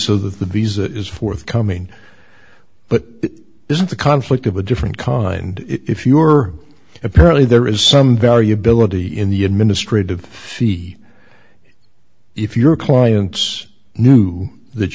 so that the visit is forthcoming but this is a conflict of a different kind if you're apparently there is some variability in the administrative fee if your clients knew that